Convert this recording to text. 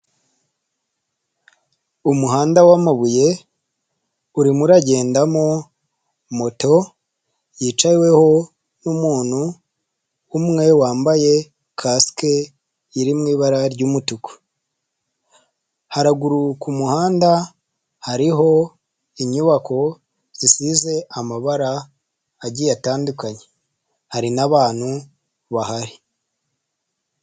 Umuhanda w'amabuye, urimo agendamo moto yicaweho n'umuntu umwe, wambaye kasike iri mu ibara ry'umutuku, haruguru ku muhanda, hariho inyubako zisize amabara agiye atandukanye, hari n'abana bahari.